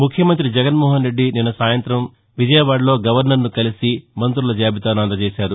ముఖ్యమంతి జగన్నోహన్ రెడ్డి నిన్న సాయంత్రం విజయవాదలో గవర్సర్ను కలిసి మంతుల జాబితాను అందజేశారు